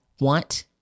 want